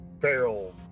feral